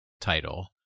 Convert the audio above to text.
title